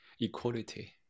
equality